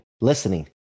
Listening